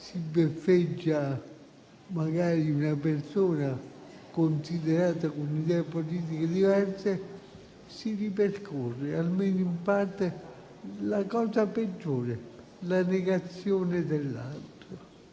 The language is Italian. si sbeffeggia magari una persona perché avente idee politiche diverse, si ripercorre almeno in parte la cosa peggiore, ossia la negazione dell'altro,